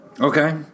Okay